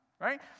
right